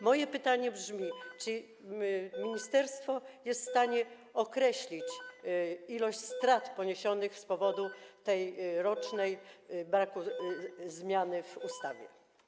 Moje pytanie brzmi: Czy ministerstwo jest w stanie określić ilość strat poniesionych z powodu tej rocznej zmiany w ustawie?